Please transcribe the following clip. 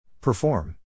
Perform